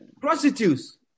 Prostitutes